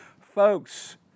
Folks